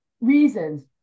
reasons